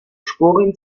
sporen